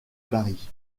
paris